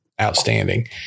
outstanding